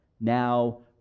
now